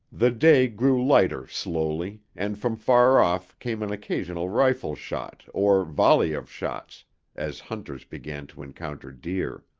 the day grew lighter slowly and from far off came an occasional rifle shot or volley of shots as hunters began to encounter deer.